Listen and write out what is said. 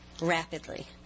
rapidly